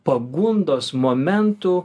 pagundos momentų